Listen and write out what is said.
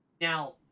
Now